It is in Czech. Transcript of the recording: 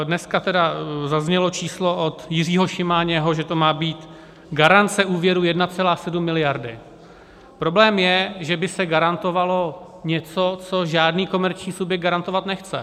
Dnes zaznělo číslo od Jiřího Šimáněho, že to má být garance úvěru 1,7 mld. Problém je, že by se garantovalo něco, co žádný komerční subjekt garantovat nechce.